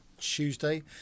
Tuesday